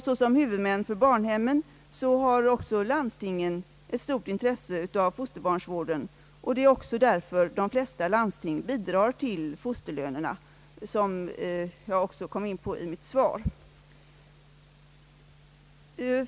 Såsom huvudmän för barnhemmen har landstingen ett stort intresse av fosterbarnsvården, och därför bidrar de flesta landstingen till fosterlönerna, vilket jag också kom in på i mitt svar.